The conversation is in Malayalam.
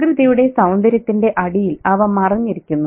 പ്രകൃതിയുടെ സൌന്ദര്യത്തിന്റെ അടിയിൽ അവ മറഞ്ഞിരിക്കുന്നു